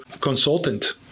consultant